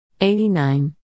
89